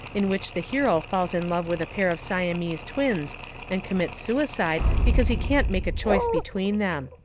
in which the hero falls in love with a pair of siamese twins and commits suicide because he can't make a choice between them.